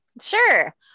Sure